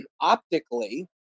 optically